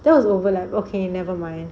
that was overlap okay never mind